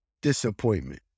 disappointment